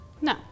No